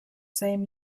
same